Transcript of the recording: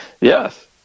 Yes